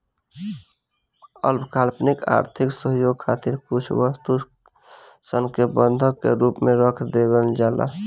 अल्पकालिक आर्थिक सहयोग खातिर कुछ वस्तु सन के बंधक के रूप में रख देवल जाला